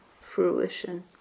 fruition